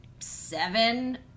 seven